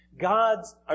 God's